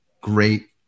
great